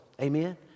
Amen